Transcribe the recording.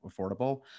affordable